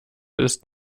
ist